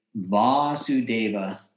vasudeva